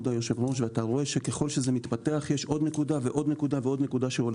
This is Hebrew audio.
אתה רואה שככל שהדיון מתפתח יש עוד נקודה ועוד נקודה שעולה.